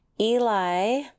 Eli